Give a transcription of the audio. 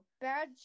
Bad